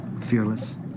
fearless